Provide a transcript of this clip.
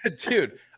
dude